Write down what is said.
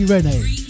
Rene